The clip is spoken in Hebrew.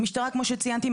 המשטרה כמו שציינתי,